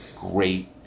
great